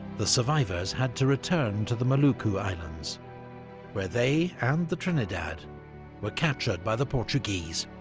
the survivors had to return to the maluku islands where they and the trinidad were captured by the portuguese.